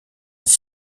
d’un